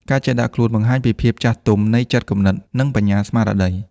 ការចេះដាក់ខ្លួន បង្ហាញពីភាពចាស់ទុំនៃចិត្តគំនិត និងបញ្ញាស្មារតី។